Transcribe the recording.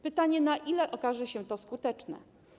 Pytanie, na ile okaże się to skuteczne.